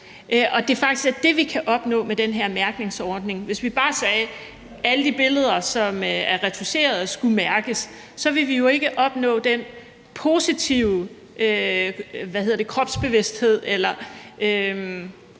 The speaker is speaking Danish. og at det faktisk er det, vi kan opnå med den her mærkningsordning? Hvis vi bare sagde, at alle de billeder, som er retoucheret, skulle mærkes, ville vi jo ikke opnå den positive kropsbevidsthed eller det